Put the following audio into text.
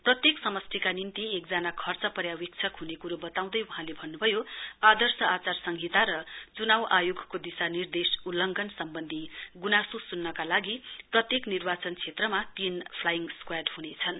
प्रत्येक समष्टिका निम्ति एकजना खर्च पर्यावेक्षक हने क्रो बताउँदै वहाँले भन्न्भयो आदर्श आचार संहिता र चुनाउ आयोगको दिशानिर्देश उल्लघंन सम्वन्धी गुनासो स्न्नका लागि प्रत्येक निर्वाचन क्षेत्रमा तीन फ्लाइङ स्क्वाड ह्नेछन्